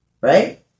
right